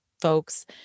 Folks